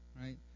right